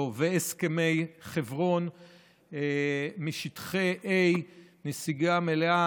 והסכמי חברון משטחי A נסיגה מלאה,